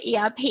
ERP